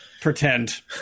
Pretend